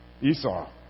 Esau